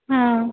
हं